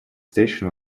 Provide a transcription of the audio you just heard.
station